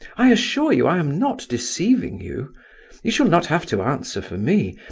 i assure you i am not deceiving you you shall not have to answer for me.